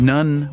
None